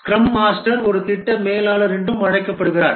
scrum master ஒரு திட்ட மேலாளர் என்றும் அழைக்கப்படுகிறார்